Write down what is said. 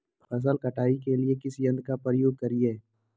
फसल कटाई के लिए किस यंत्र का प्रयोग करिये?